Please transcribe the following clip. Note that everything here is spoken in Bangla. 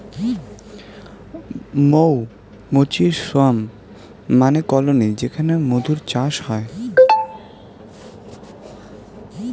মৌ মুচির সোয়ার্ম মানে কলোনি যেখানে মধুর চাষ হই